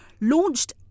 launched